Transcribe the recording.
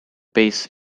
base